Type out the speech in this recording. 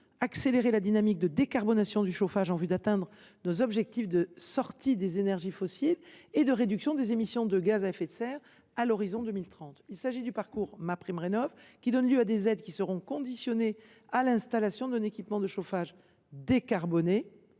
d’accélérer la dynamique de décarbonation du chauffage, pour atteindre nos objectifs de sortie des énergies fossiles et de réduction des émissions de gaz à effet de serre à l’horizon 2030. Ce parcours MaPrimeRénov’ donne lieu à des aides qui seront conditionnées, avant l’installation d’un équipement de chauffage décarboné,